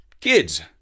kids